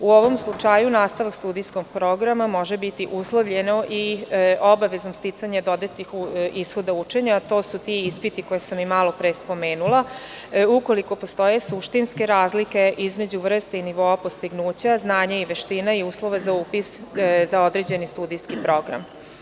U ovom slučaju nastavak studijskog programa može biti uslovljeno i obaveznog sticanja dodatnih ishoda učenja, a to su ti ispiti koje sam i malo pre spomenula, ukoliko postoje suštinske razlike između vrste i nivoa postignuća, znanja i veština i uslova za upis za određeni studijski program.